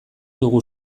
dugu